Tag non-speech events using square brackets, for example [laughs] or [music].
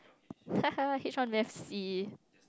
[laughs] H one math C